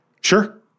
Sure